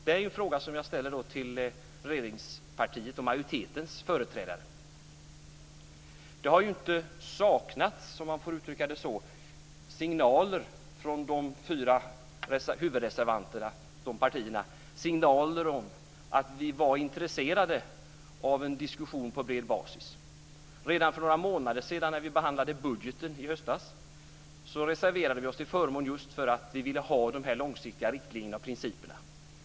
Det är en fråga som jag ställer till regeringspartiets och majoritetens företrädare. Det har inte saknats, om man får uttrycka det så, signaler från de fyra huvudreservanterna och partierna att vi var intresserade av en diskussion på bred basis. Redan för några månader sedan när vi behandlade budgeten i höstas reserverade vi oss till förmån för att vi ville ha de långsiktiga riktlinjerna och principerna.